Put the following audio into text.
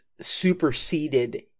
superseded